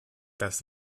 das